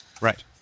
Right